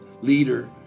leader